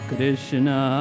Krishna